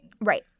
Right